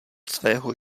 svého